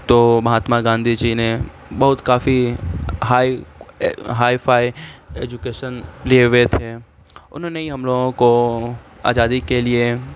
تو مہاتما گاندھی جی نے بہت کافی ہائی ہائی فائی ایجوکیشن لیے ہوئے تھے انہوں نے ہی ہم لوگوں کو آزادی کے لیے